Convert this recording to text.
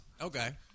Okay